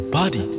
body